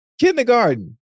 Kindergarten